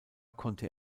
konnte